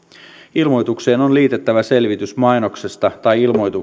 ilmoitukseen on liitettävä selvitys mainoksesta tai ilmoituksesta